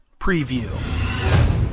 Preview